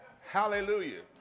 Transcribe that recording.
Hallelujah